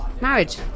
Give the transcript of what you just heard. marriage